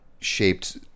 shaped